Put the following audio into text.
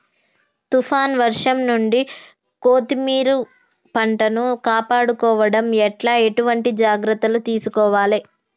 తుఫాన్ వర్షం నుండి కొత్తిమీర పంటను కాపాడుకోవడం ఎట్ల ఎటువంటి జాగ్రత్తలు తీసుకోవాలే?